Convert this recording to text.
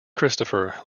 christopher